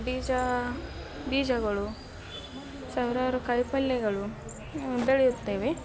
ಬೀಜ ಬೀಜಗಳು ಸಾವಿರಾರು ಕಾಯಿ ಪಲ್ಯಗಳು ಬೆಳೆಯುತ್ತೇವೆ